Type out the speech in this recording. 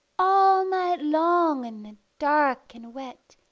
all night long in the dark and wet,